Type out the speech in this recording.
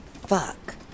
Fuck